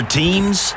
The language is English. teams